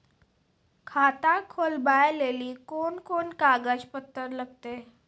खाता खोलबाबय लेली कोंन कोंन कागज पत्तर लगतै?